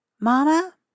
Mama